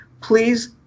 please